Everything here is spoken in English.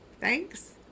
Thanks